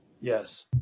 Yes